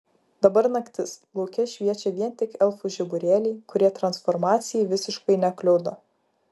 dabar naktis lauke šviečia vien tik elfų žiburėliai kurie transformacijai visiškai nekliudo